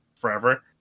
forever